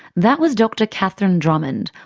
that was dr catherine drummond,